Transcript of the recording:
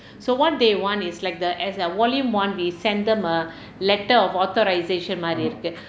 so what they want is like the as volume one we send them a letter of authorisation